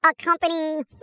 accompanying